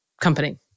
company